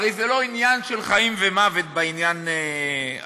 הרי זה לא עניין של חיים ומוות בעניין הזה.